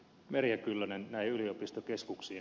merja kyllönen yliopistokeskuksia